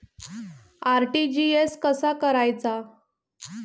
RTGS कसा करायचा?